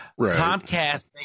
Comcast